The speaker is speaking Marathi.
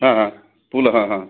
फुलं